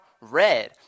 red